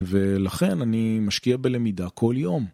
ולכן אני משקיע בלמידה כל יום.